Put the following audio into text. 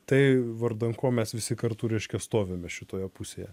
tai vardan ko mes visi kartu reiškia stovime šitoje pusėje